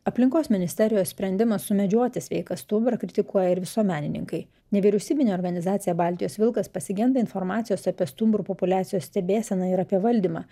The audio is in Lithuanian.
aplinkos ministerijos sprendimą sumedžioti sveiką stumbrą kritikuoja ir visuomenininkai nevyriausybinė organizacija baltijos vilkas pasigenda informacijos apie stumbrų populiacijos stebėseną ir apie valdymą